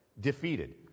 defeated